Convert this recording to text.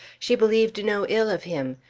she believed no ill of him.